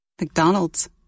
McDonald's